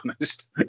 honest